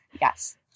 Yes